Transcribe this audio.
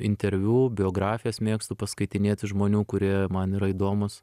interviu biografijas mėgstu paskaitinėti žmonių kurie man yra įdomūs